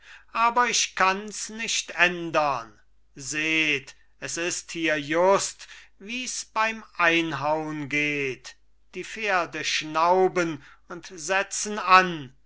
aber ich kanns nicht ändern seht s ist hier just wies beim einhaun geht die pferde schnauben und setzen an